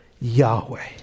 Yahweh